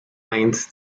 eins